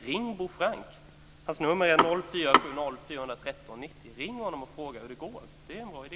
Ring Bo Frank och fråga hur det går. Det är en bra idé.